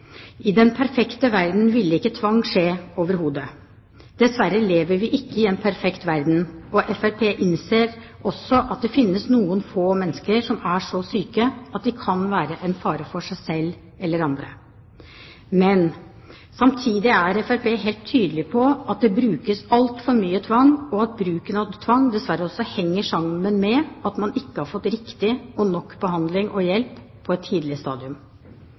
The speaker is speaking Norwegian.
I den perfekte verden ville ikke tvang skje overhodet. Dessverre lever vi ikke i en perfekt verden, og Fremskrittspartiet innser også at det finnes noen få mennesker som er så syke at de kan være en fare for seg selv eller andre. Men samtidig er Fremskrittspartiet helt tydelig på at det brukes altfor mye tvang, og at bruken av tvang dessverre også henger sammen med at man ikke har fått riktig og nok behandling og hjelp på et tidlig stadium.